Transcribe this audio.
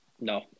No